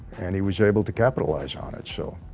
and he was able to capitalize on it so